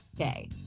Okay